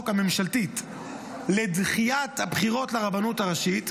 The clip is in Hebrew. הממשלתית לדחיית הבחירות לרבנות הראשית,